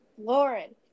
Lauren